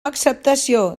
acceptació